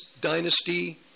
dynasty